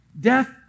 Death